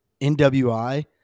NWI